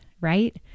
right